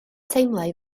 teimlai